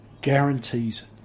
guarantees